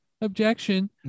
objection